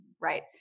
Right